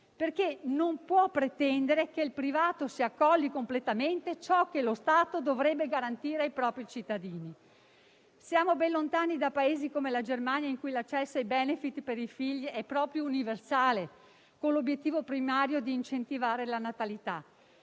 non può pretendere infatti che il privato si accolli completamente ciò che lo Stato dovrebbe garantire ai propri cittadini. Siamo ben lontani da Paesi come la Germania, in cui l'accesso ai *benefit* per i figli è proprio universale, con l'obiettivo primario di incentivare la natalità.